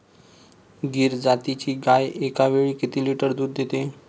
गीर जातीची गाय एकावेळी किती लिटर दूध देते?